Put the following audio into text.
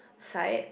side